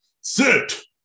Sit